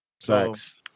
Facts